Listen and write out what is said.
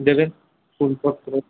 দেবেন ফুলপত্র